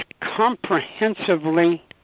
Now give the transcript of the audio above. comprehensively